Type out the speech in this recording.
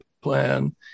plan